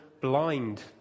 blind